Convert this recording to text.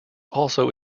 also